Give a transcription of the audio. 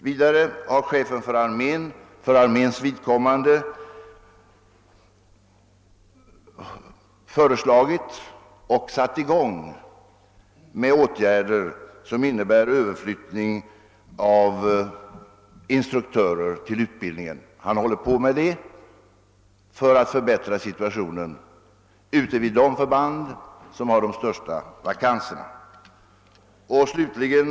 Vidare har arméchefen för arméns vidkommande föreslagit och satt i gång med åtgärder för att överflytta instruktörer till utbildningssidan för att förbättra situationen vid de förband där man har de flesta vakanserna. Sådana åtgärder är som sagt redan i gång.